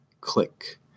click